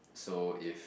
so if